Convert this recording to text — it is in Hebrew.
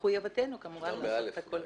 ומחויבותנו כמובן לעשות את הכל.